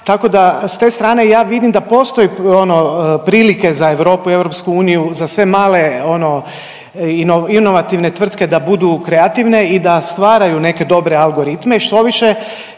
Tako da s te strane ja vidim da postoji ono prilike za Europu i EU za sve male ono inovativne tvrtke da budu kreativne i da stvaraju neke dobre algoritme,